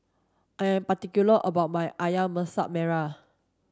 I am particular about my Ayam Masak Merah